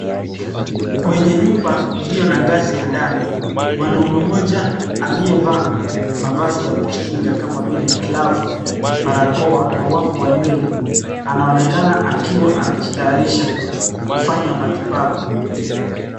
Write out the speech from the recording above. Kwenye nyumba iliyo na ngazi ya ndani, mwanaume mmoja aliyevaa mavazi ya kujikinga kama vile glavu, barakoa na wavu wa nywele anaonekana akiwa anajitayarisha kufanya matibabu.